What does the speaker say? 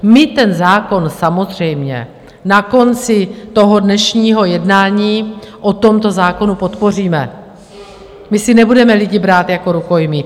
My ten zákon samozřejmě na konci dnešního jednání o tomto zákonu podpoříme, my si nebudeme lidi brát jako rukojmí.